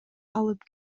алып